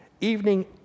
Evening